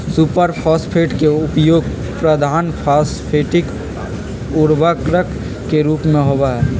super phosphate के उपयोग प्रधान फॉस्फेटिक उर्वरक के रूप में होबा हई